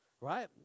right